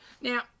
Now